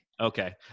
Okay